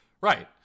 Right